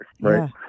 right